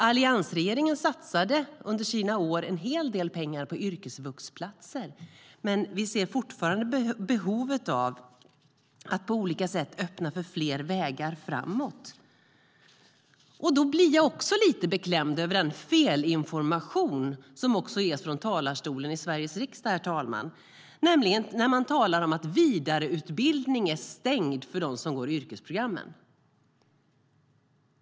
Alliansregeringen satsade under sina år en hel del pengar på yrkesvuxplatser, men vi ser fortfarande ett behov att på olika sätt öppna för fler vägar framåt. Då blir jag lite beklämd över den felinformation som ges från talarstolen i Sveriges riksdag, herr talman. Man talar om att vidareutbildning är stängd för dem som går yrkesprogrammen.